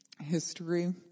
history